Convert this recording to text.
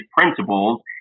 principles